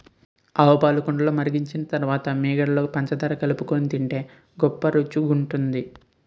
ఆవుపాలు కుండలో మరిగించిన తరువాత మీగడలో పంచదార కలుపుకొని తింటే గొప్ప రుచిగుంటది